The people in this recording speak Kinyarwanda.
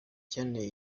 icyateye